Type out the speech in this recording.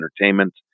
Entertainment